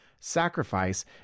sacrifice